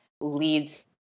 leads